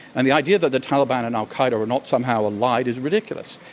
and the idea that the taliban and al-qaeda are not somehow allied is ridiculous.